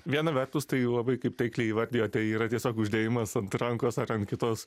viena vertus tai labai kaip taikliai įvardijote yra tiesiog uždėjimas ant rankos ar ant kitos